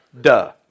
duh